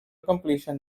completion